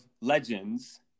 legends